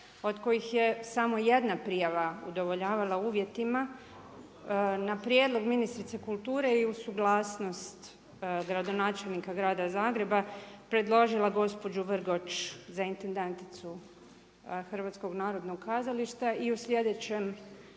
Od kojih je samo 1 prijava udovoljavala uvjetima, na prijedlog ministrice kulture i uz suglasnost gradonačelnika Grada Zagreba, predložila gospođu Vrgoč, za intendanticu HNK i u slijedećem